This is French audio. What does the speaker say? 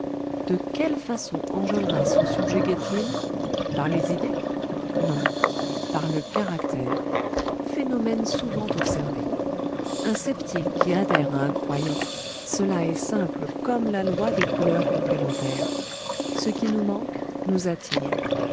de quelle façon enjolras le subjuguait il par les idées non par le caractère phénomène souvent observé un sceptique qui adhère à un croyant cela est simple comme la loi des couleurs complémentaires ce qui nous manque nous attire